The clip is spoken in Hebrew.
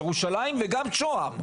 ירושלים וגם שוהם.